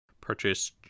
purchase